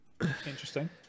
interesting